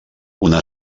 una